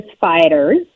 fighters